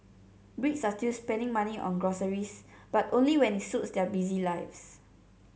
brits are still spending money on groceries but only when it suits their busy lives